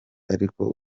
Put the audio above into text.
ariko